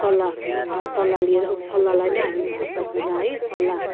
सल्लाह सल्लाह लिएर सल्लाहलाई नै हामी महत्त्वपूर्ण है सल्लाह